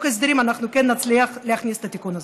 ההסדרים אנחנו כן נצליח להכניס את התיקון הזה.